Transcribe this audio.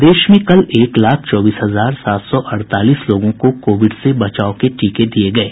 प्रदेश में कल एक लाख चौबीस हजार सात सौ अड़तालीस लोगों को कोविड से बचाव के टीके दिये गये